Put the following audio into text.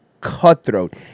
cutthroat